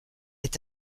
est